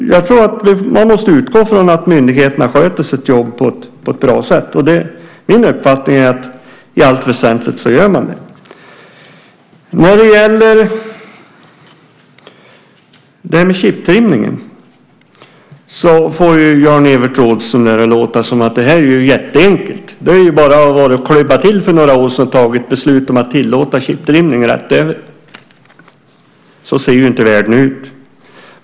Man måste utgå från att myndigheterna sköter sitt jobb på ett bra sätt. Min uppfattning är att de i allt väsentligt gör det. När det gäller chiptrimningen får Jan-Evert Rådhström det att låta som om det vore något jätteenkelt, att det bara hade varit för oss att klubba igenom förslaget och fatta beslut om att tillåta chiptrimning rakt av. Så ser världen inte ut.